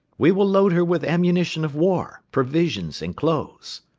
we will load her with ammunition of war, provisions, and clothes.